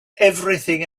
everything